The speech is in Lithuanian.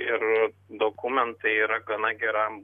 ir dokumentai yra gana geram